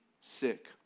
sick